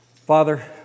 Father